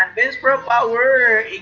best robot where